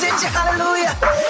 hallelujah